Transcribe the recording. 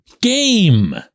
game